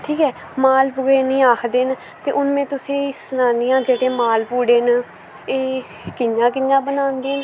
ठीक ऐ मालपुड़े इनें गी आक्खदे न ते हुन में तुसें सनानी आं जेह्ड़े मालपुड़े न एह् कि'यां कि'यां बनांदे न